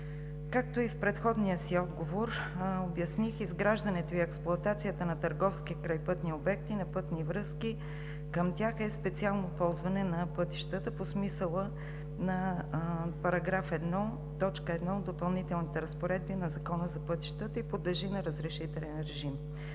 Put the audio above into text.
Както и в предходния си отговор обясних, изграждането и експлоатацията на търговски крайпътни обекти, на пътни връзки към тях е на специално ползване на пътищата по смисъла на § 1, т. 1 от Допълнителните разпоредби на Закона за пътищата и подлежи на разрешителен режим.